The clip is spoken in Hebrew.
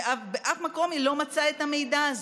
בשום מקום היא לא מצאה את המידע הזה.